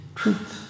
truth